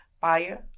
buyer